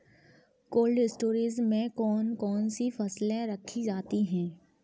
Cold storage में कौन कौन सी फसलें रखी जाती हैं?